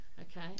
Okay